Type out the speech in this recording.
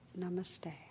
Namaste